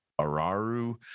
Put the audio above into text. araru